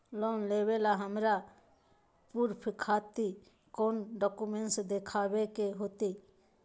Loan लेबे ला हमरा प्रूफ खातिर कौन डॉक्यूमेंट देखबे के होतई?